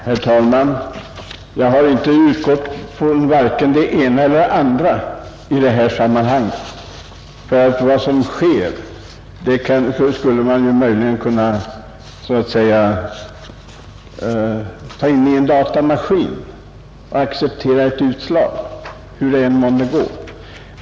Herr talman! Jag har inte utgått från vare sig det ena eller det andra i detta sammanhang. Jag skulle kunna säga så att om fakta matades in i en datamaskin, skulle jag acceptera dess utslag, i vilken riktning det än månde gå.